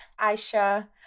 aisha